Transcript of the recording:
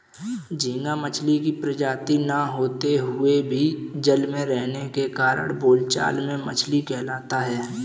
झींगा मछली की प्रजाति न होते हुए भी जल में रहने के कारण बोलचाल में मछली कहलाता है